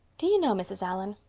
do you know, mrs. allan,